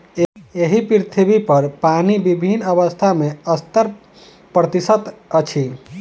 एहि पृथ्वीपर पानि विभिन्न अवस्था मे सत्तर प्रतिशत अछि